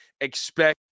expect